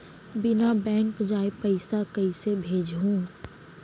बिना बैंक जाए पइसा कइसे भेजहूँ?